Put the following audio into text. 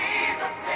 Jesus